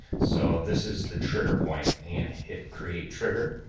so this is the trigger point. and hit create trigger.